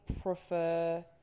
prefer